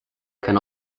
can